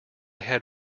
had